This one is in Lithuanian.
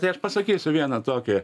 tai aš pasakysiu vieną tokį